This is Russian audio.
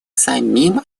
самим